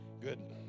Good